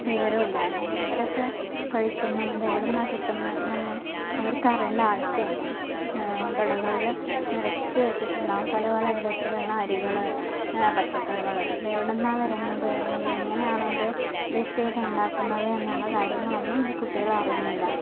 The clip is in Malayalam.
വിവരവും ഇല്ല കാരണം അവരൊക്കെ കഴിക്കുന്നു ഇത് എവിടുന്നാണ് കിട്ടുന്നത് എന്നൊന്നും അവർക്ക് അറിയേണ്ട ആവശ്യമില്ല കടകളിൽ നിരത്തി വെച്ചിട്ടുണ്ടാവും പല പല വിധത്തിലുള്ള അരികൾ പച്ചക്കറികൾ ഇത് എവിടുന്നാണ് വരുന്നത് അല്ലെങ്കിൽ എങ്ങനെയാണത് കൃഷി ചെയ്ത് ഉണ്ടാക്കുന്നത് എന്നുള്ള കാര്യങ്ങളൊന്നും ഈ കുട്ടികൾ അറിയുന്നില്ല